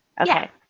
okay